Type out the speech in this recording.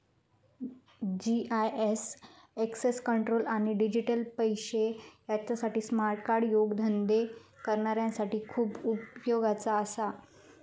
GIS access control आणि digital पैशे यासाठी स्मार्ट कार्ड उद्योगधंदे करणाऱ्यांसाठी खूप उपयोगाचा असा